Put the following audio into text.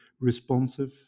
responsive